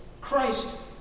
Christ